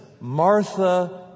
Martha